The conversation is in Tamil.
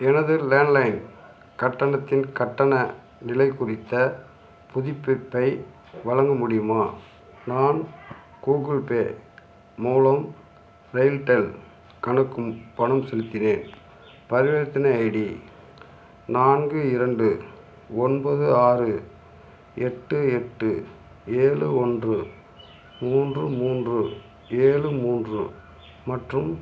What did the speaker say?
எனது லேண்ட் லைன் கட்டணத்தின் கட்டண நிலை குறித்த புதுப்பிப்பை வழங்க முடியுமா நான் கூகுள்பே மூலம் ரயில்டெல் கணக்கு பணம் செலுத்தினேன் பரிவர்த்தனை ஐடி நான்கு இரண்டு ஒன்பது ஆறு எட்டு எட்டு ஏழு ஒன்று மூன்று மூன்று ஏழு மூன்று மற்றும்